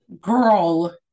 girl